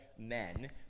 Men